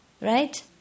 right